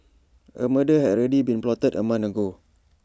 A murder had already been plotted A month ago